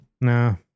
no